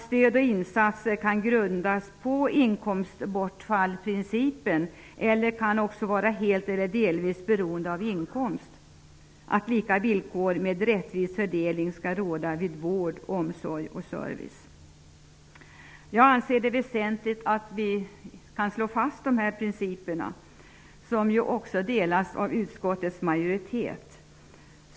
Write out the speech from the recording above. Stöd och insatser kan grundas på inkomstbortfallsprincipen, men de kan också vara helt eller delvis beroende av inkomst. Vidare sägs det att lika villkor med rättvis fördelning skall råda vid vård, omsorg och service. Jag anser det väsentligt att vi kan slå fast dessa principer, som också utskottets majoritet står bakom.